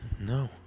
No